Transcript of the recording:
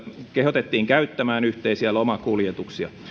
kehotettiin käyttämään yhteisiä lomakuljetuksia